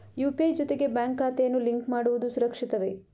UPI ಜೊತೆಗೆ bank ಖಾತೆಯನ್ನು link ಮಾಡುವುದು ಸುರಕ್ಷಿತವೇ?